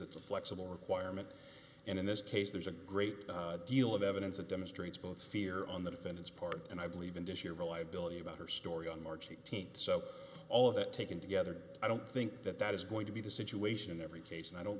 it's a flexible requirement and in this case there's a great deal of evidence that demonstrates both fear on the defendant's part and i believe in this year of reliability about her story on march th so all of that taken together i don't think that that is going to be the situation in every case and i don't